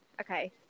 Okay